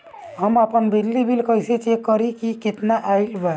हम आपन बिजली बिल कइसे चेक करि की केतना आइल बा?